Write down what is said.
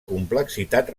complexitat